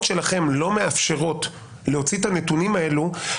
שלכם לא מאפשרות להוציא את הנתונים האלה,